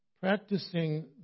Practicing